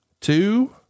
two